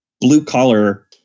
blue-collar